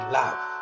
love